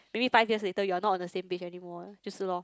maybe five years you are not on the same page anymore just lor